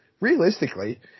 realistically